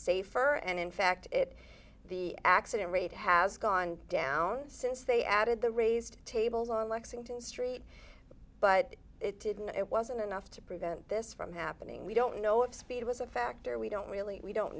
safer and in fact it the accident rate has gone down since they added the raised tables on lexington street but it didn't it wasn't enough to prevent this from happening we don't know if speed was a factor we don't really we don't